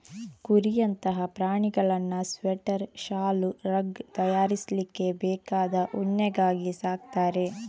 ಕುರಿಯಂತಹ ಪ್ರಾಣಿಗಳನ್ನ ಸ್ವೆಟರ್, ಶಾಲು, ರಗ್ ತಯಾರಿಸ್ಲಿಕ್ಕೆ ಬೇಕಾದ ಉಣ್ಣೆಗಾಗಿ ಸಾಕ್ತಾರೆ